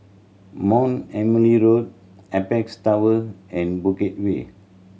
Mount Emily Road Apex Tower and Bukit Way